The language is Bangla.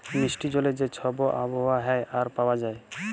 মিষ্টি জলের যে ছব আবহাওয়া হ্যয় আর পাউয়া যায়